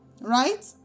right